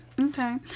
Okay